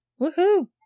woohoo